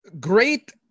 great